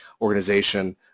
organization